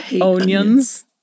Onions